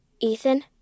Ethan